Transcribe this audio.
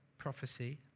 Prophecy